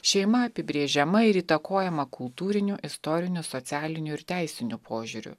šeima apibrėžiama ir įtakojama kultūriniu istoriniu socialiniu ir teisiniu požiūriu